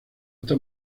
está